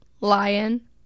lion